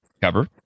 cover